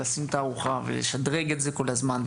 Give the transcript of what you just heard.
לשים תערוכה ולשדרג את זה כל הזמן,